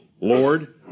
Lord